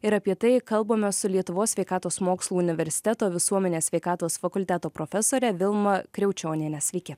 ir apie tai kalbamės su lietuvos sveikatos mokslų universiteto visuomenės sveikatos fakulteto profesore vilma kriaučioniene sveiki